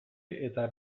eta